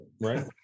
right